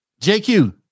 JQ